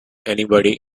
anybody